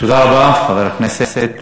תודה רבה, חבר הכנסת.